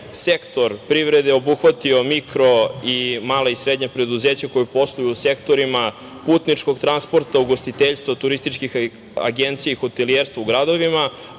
sektor privrede obuhvatio mikro, mala i srednja preduzeća koja posluju u sektorima putničkog, transportnog, ugostiteljstva, turističkih agencija i hotelijerstvo u gradovima,